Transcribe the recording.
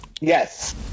Yes